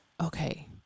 okay